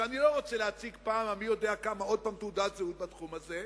ואני לא רוצה להציג בפעם המי יודע כמה תעודת זהות בתחום הזה,